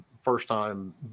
first-time